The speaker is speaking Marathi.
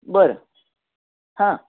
बरं हां